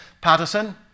Patterson